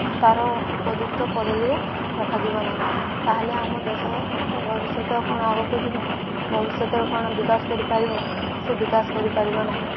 ତା'ର ଉପଯୁକ୍ତ ପଦ୍ଧତିରେ ରଖାଯିବ ନାହିଁ ତା'ହେଲେ ଆମ ଦେଶର ଭବିଷ୍ୟତ କ'ଣ ଆଗକୁ ଯିବ ଭବିଷ୍ୟତରେ କ'ଣ ବିକାଶ କରିପାରିବ ସେ ବିକାଶ କରିପାରିବ ନାହିଁ